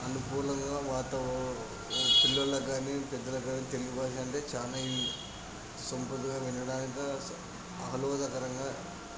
అనుకూలంగా పిల్లలకి కానీ పెద్దలకు కానీ తెలుగు భాష అంటే చాలా సొంపుగా వినడానిక స ఆహ్లాదకరంగా